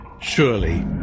Surely